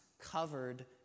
covered